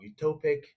utopic